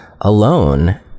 alone